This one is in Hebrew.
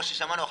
כפי ששמענו,